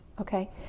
okay